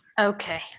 Okay